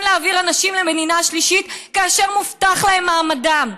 להעביר אנשים למדינה שלישית כאשר מובטח להם מעמדם,